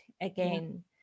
again